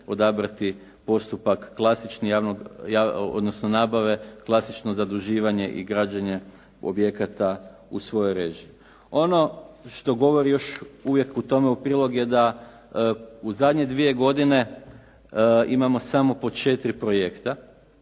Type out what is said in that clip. odabrati postupak klasični javne nabave, klasično zaduživanje i građenje objekata u svojoj režiji. Ono što govori još uvijek tome u prilog je da u zadnje dvije godine imamo samo po četiri projekta